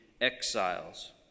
exiles